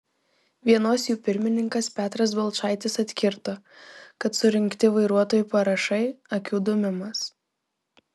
vienos jų pirmininkas petras balčaitis atkirto kad surinkti vairuotojų parašai akių dūmimas